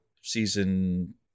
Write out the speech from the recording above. season